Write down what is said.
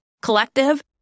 collective